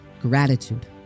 gratitude